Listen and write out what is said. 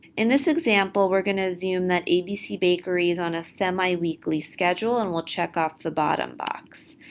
in this example, we're going to assume that abc bakery is on a semi weekly schedule, and we'll check off the bottom box.